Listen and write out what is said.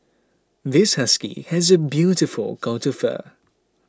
this husky has a beautiful coat of fur